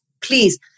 Please